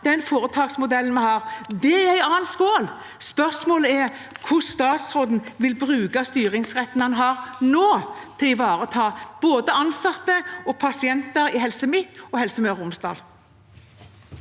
den foretaksmodellen vi har. Det er en annen skål. Spørsmålet er hvordan statsråden vil bruke styringsretten han nå har, til å ivareta både ansatte og pasienter i Helse Midt-Norge og Helse Møre og Romsdal.